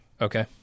Okay